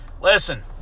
listen